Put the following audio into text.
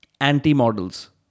anti-models